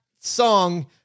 song